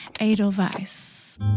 Edelweiss